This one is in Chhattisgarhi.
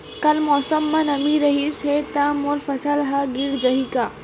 कल मौसम म नमी रहिस हे त मोर फसल ह गिर जाही का?